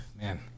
Man